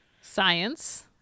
Science